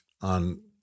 on